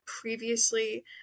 previously